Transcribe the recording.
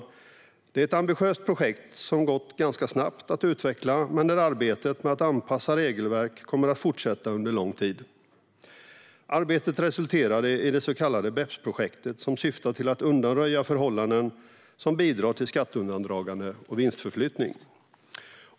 Detta är ett ambitiöst projekt som har gått ganska snabbt att utveckla, men där arbetet med att anpassa regelverk kommer att fortsätta under lång tid. Arbetet resulterade i det så kallade BEPS-projektet, som syftar till att undanröja förhållanden som bidrar till skatteundandraganden och vinstförflyttning.